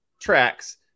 tracks